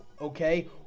okay